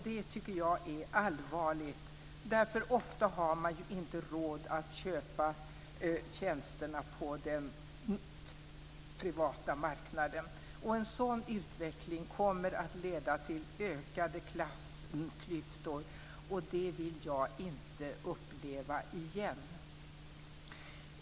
Det är allvarligt. Ofta har de inte råd att köpa tjänsterna på den privata marknaden. En sådan utveckling kommer att leda till ökade klassklyftor, och det vill jag inte uppleva igen.